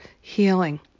healing